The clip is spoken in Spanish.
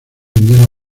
indiana